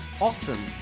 Awesome